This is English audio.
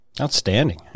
outstanding